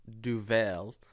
Duvel